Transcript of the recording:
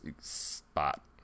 spot